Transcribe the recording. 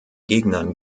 gegnern